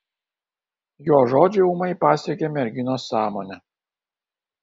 jo žodžiai ūmai pasiekė merginos sąmonę